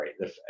right